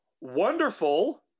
Wonderful